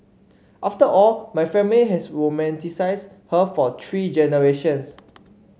after all my family has romanticised her for three generations